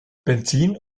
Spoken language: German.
benzin